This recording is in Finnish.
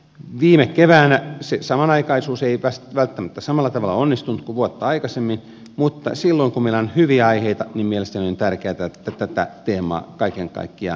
viime keväänä se samanaikaisuus ei välttämättä samalla tavalla onnistunut kuin vuotta aikaisemmin mutta silloin kun meillä on hyviä aiheita niin mielestäni on tärkeätä että tätä teemaa kaiken kaikkiaan jatketaan